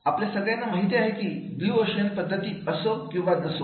आपल्या सगळ्यांना माहीत आहे कि ब्लू ओशियन पद्धती असो किंवा नसो